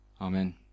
Amen